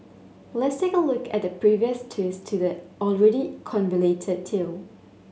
let's take a look at the previous twists to the already convoluted tale